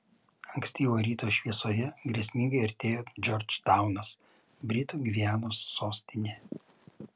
ankstyvo ryto šviesoje grėsmingai artėjo džordžtaunas britų gvianos sostinė